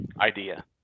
idea